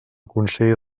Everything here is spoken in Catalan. consell